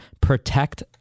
protect